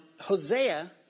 Hosea